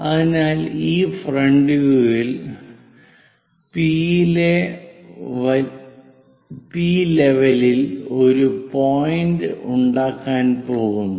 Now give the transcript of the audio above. അതിനാൽ ഈ front view ഇൽ പി ലെവലിൽ ഒരു പോയിൻറ് ഉണ്ടാക്കാൻ പോകുന്നു